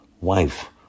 wife